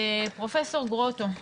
פרופ' גרוטו,